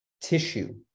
Tissue